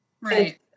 right